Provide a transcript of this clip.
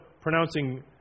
pronouncing